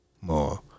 more